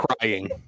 crying